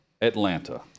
Atlanta